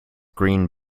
green